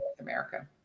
America